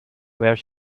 where